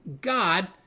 God